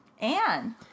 Anne